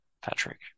Patrick